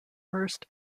first